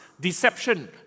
deception